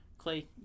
Clay